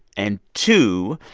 and two,